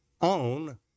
own